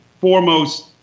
foremost